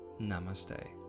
Namaste